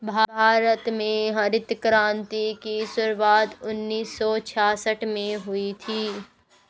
भारत में हरित क्रान्ति की शुरुआत उन्नीस सौ छियासठ में हुई थी